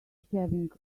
having